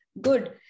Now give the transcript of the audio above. Good